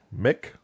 Mick